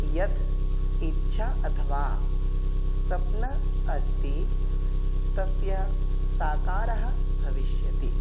यद् इच्छा अथवा स्वप्नः अस्ति तस्य साकारः भविष्यति